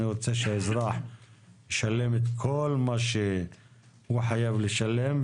אני רוצה שהאזרח ישלם את כל מה שהוא חייב לשלם.